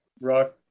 rock